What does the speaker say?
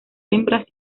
hembras